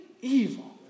evil